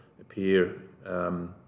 appear